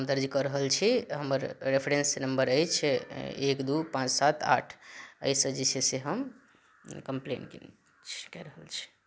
हम दर्ज कऽ रहल छी हमर रेफ्रेंस नम्बर अछि एक दू पाँच सात आठ एहि सँ जे छै से हम कमप्लेन कयने कऽ रहल छी